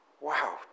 Wow